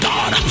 God